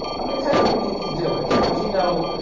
i'm gonna tell you who needs to do it, cause, you know,